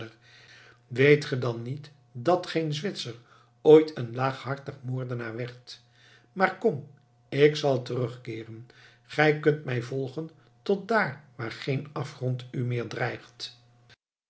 weet ge dan niet dat geen zwitser ooit een laaghartig moordenaar werd maar kom ik zal terugkeeren gij kunt mij volgen tot daar waar geen afgrond u meer dreigt